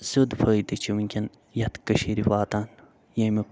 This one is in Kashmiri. سیوٚد فٲیدٕ چھُ وٕنکٮ۪ن یَتھ کٲشیٖرِ واتان ییٚمیُک